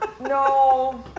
No